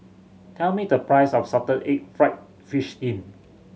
tell me the price of salted egg fried fish skin